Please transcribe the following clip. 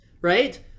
right